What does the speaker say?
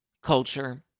Culture